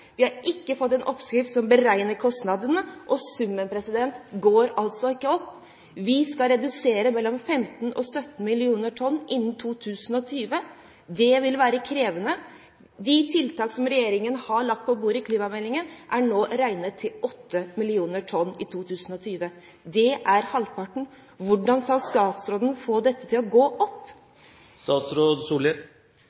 vi har ikke fått en oppskrift på å beregne kostnadene, summen går ikke opp: Vi skal redusere med mellom 15 og 17 mill. tonn innen 2020 – det vil være krevende. De tiltak som regjeringen har lagt på bordet i klimameldingen, er nå beregnet til 8 mill. tonn i 2020 – det er halvparten. Hvordan skal statsråden få dette til å gå opp?